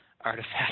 artifact